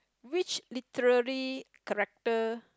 which literally character